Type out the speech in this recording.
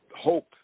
hope